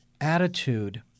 attitude